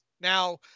Now